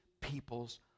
people's